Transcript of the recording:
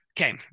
Okay